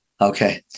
Okay